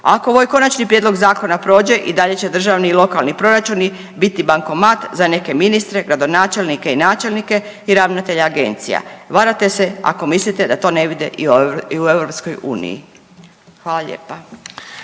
Ako ovaj konačni prijedlog zakona prođe i dalje će i državni i lokalni proračuni biti bankomat za neke ministre, gradonačelnike i načelnike i ravnatelje agencija. Varate se ako mislite da to ne vide i u Europskoj uniji.